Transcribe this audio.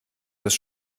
das